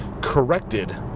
corrected